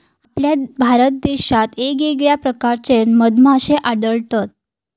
आपल्या भारत देशात येगयेगळ्या प्रकारचे मधमाश्ये आढळतत